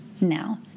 now